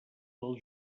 del